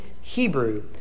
Hebrew